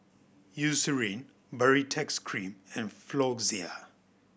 Eucerin Baritex Cream and Floxia